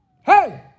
Hey